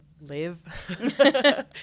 live